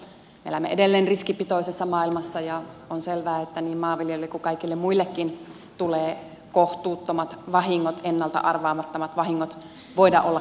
me elämme edelleen riskipitoisessa maailmassa ja on selvää että niin maanviljelijöille kuin kaikille muillekin tulee voida olla korvattavissa kohtuuttomat vahingot ennalta arvaamattomat vahingot